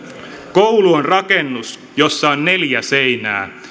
koulu on rakennus jossa on neljää seinää